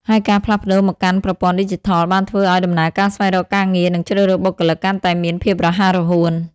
ហើយការផ្លាស់ប្ដូរមកកាន់ប្រព័ន្ធឌីជីថលបានធ្វើឲ្យដំណើរការស្វែងរកការងារ និងជ្រើសរើសបុគ្គលិកកាន់តែមានភាពរហ័សរហួន។